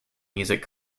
music